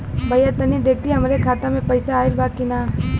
भईया तनि देखती हमरे खाता मे पैसा आईल बा की ना?